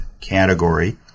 category